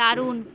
দারুণ